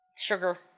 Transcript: Sugar